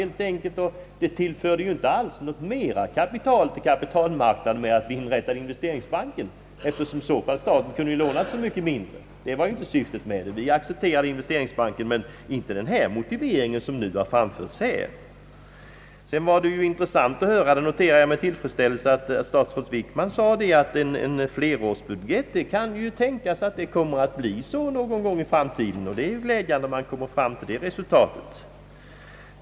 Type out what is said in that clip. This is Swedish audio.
Inrättandet av investeringsbanken till för ju inte kapitalmarknaden mer kapital, eftersom staten måste låna så mycket mera. Vi accepterar investeringsbanken, men dock inte den motivering för densamma som anförts. Jag noterar med tillfredsställelse statsrådet Wickmans uttalande, att en flerårsbudget kan tänkas bli fallet någon gång i framtiden. Det vore glädjande, om så kunde ske.